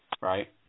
Right